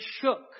shook